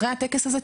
אחרי הטקס הזה,